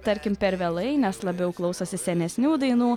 tarkim per vėlai nes labiau klausosi senesnių dainų